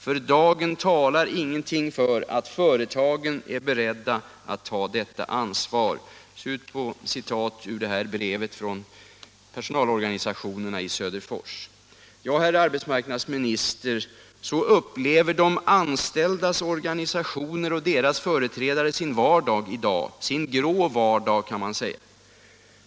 För dagen talar ingenting för att företagen är beredda att ta detta ansvar.” Ja, herr arbetsmarknadsminister, så upplever de anställda och deras organisationer sin vardag — sin grå vardag, kan man säga.